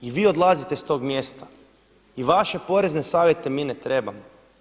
I vi odlazite s tog mjesta i vaše porezne savjete mi ne trebamo.